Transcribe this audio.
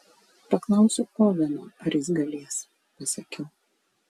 paklausiu oveno ar jis galės pasakiau